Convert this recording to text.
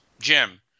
Jim